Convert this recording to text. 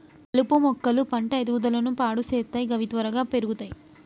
కలుపు మొక్కలు పంట ఎదుగుదలను పాడు సేత్తయ్ గవి త్వరగా పెర్గుతయ్